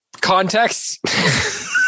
Context